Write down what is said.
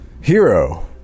hero